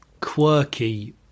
quirky